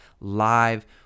live